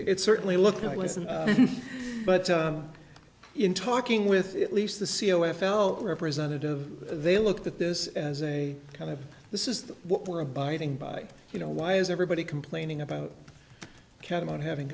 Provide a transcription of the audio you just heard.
it's certainly looked at it wasn't but in talking with at least the c o f l representative they looked at this as a kind of this is what we're abiding by you know why is everybody complaining about catamount having